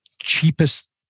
cheapest